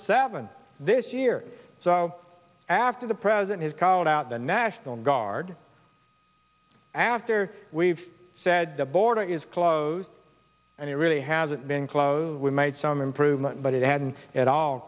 seven this year so after the president has called out the national guard after we've said the border is closed and it really hasn't been closed we made some improvement but it hadn't at all